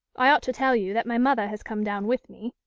i ought to tell you that my mother has come down with me.